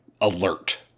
alert